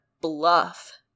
bluff